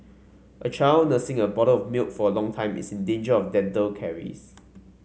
a child nursing a bottle of milk for a long time is in danger of dental caries